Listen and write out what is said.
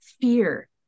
fear